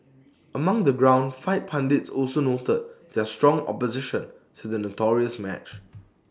among the ground fight pundits also noted their strong opposition to the notorious match